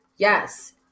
Yes